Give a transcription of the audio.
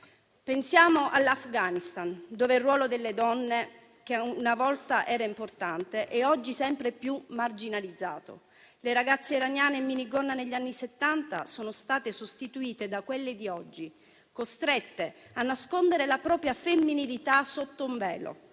Pensiamo all'Afghanistan, dove il ruolo delle donne, una volta importante, è oggi sempre più marginalizzato. Le ragazze iraniane in minigonna negli anni Settanta sono state sostituite da quelle di oggi, costrette a nascondere la propria femminilità sotto un velo.